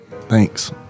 thanks